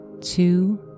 two